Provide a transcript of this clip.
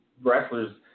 wrestlers